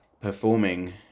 performing